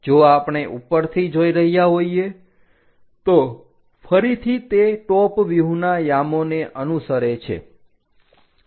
જો આપણે ઉપરથી જોઈ રહ્યા હોઈએ તો ફરીથી તે ટોપ વ્યૂહના યામો ને અનુસરે છે